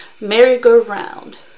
merry-go-round